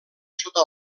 sota